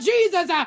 Jesus